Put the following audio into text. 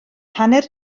hanner